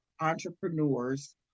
entrepreneurs